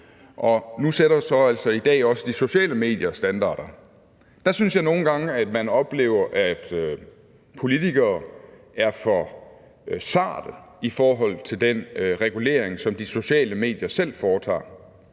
Og nu sætter altså også de sociale medier standarder i dag. Der synes jeg nogle gange, at man oplever, at politikere er for sarte i forhold til den regulering, som de sociale medier selv foretager.